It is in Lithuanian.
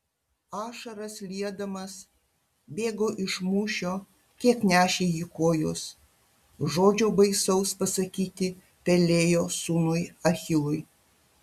ašaras liedamas bėgo iš mūšio kiek nešė jį kojos žodžio baisaus pasakyti pelėjo sūnui achilui